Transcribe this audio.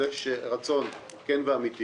אם יהיה רצון כן ואמיתי